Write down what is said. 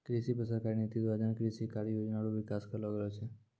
कृषि पर सरकारी नीति द्वारा जन कृषि कारी योजना रो विकास करलो गेलो छै